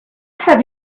have